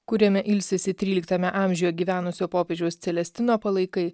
kuriame ilsisi tryliktame amžiuje gyvenusio popiežiaus celestino palaikai